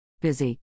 Busy